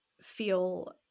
feel